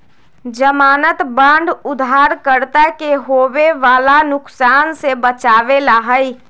ज़मानत बांड उधारकर्ता के होवे वाला नुकसान से बचावे ला हई